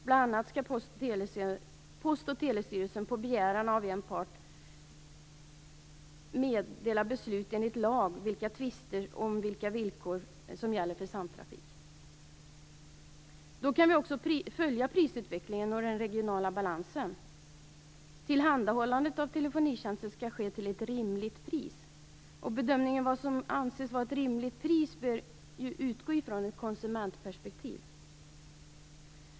Bl.a. skall Post och telestyrelsen på begäran av en part vid tvister enligt lag meddela beslut om vilka villkor som gäller för samtrafik. Därigenom kan vi också följa prisutvecklingen och den regionala balansen. Tillhandahållandet av telefonitjänsten skall ske till ett rimligt pris. Bedömningen av vad som skall anses vara ett rimligt pris bör utgå från ett konsumentperspektiv.